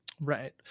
right